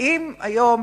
האם היום,